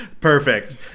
Perfect